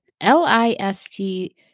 L-I-S-T